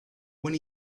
when